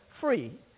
free